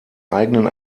eigenen